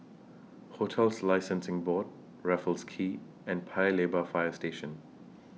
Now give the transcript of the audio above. hotels Licensing Board Raffles Quay and Paya Lebar Fire Station